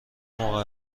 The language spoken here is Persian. موقع